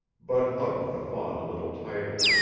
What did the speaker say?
bud hugged the fawn a little tighter.